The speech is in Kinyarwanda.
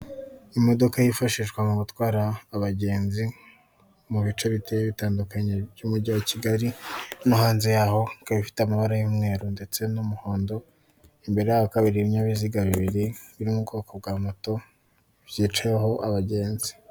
Imodoka yifashishwa mu gutwara abagenzi bu bice biteye bitandukanye by'umujyi wa Kigali no hanze yaho ikaba ifite amabara y'umweru ndetse n'umuhondo imbere yaho hakaba hari ibinyabiziga bibiri biri mu bwoko bwa moto byicayeho abagenzi.